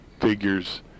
figures